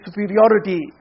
superiority